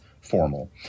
formal